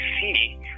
see